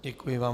Děkuji vám.